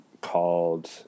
called